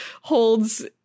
holds